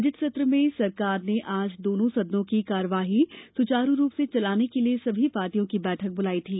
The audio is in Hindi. बजट सत्र में सरकार ने आज दोनों सदनों की कार्यवाही सुचारू रूप से चलाने के लिए सभी पार्टियों की बैठक बुलाई थी